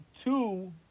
two